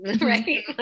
right